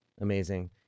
Amazing